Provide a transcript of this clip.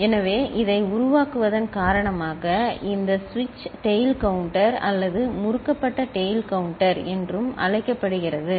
எனவே இதை உருவாக்குவதன் காரணமாக இது சுவிட்ச் டெயில் கவுண்டர் அல்லது முறுக்கப்பட்ட டெயில்கவுண்ட்டர் என்றும் அழைக்கப்படுகிறது சரி